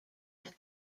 had